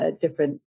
different